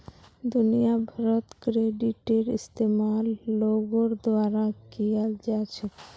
दुनिया भरत क्रेडिटेर इस्तेमाल लोगोर द्वारा कियाल जा छेक